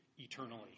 eternally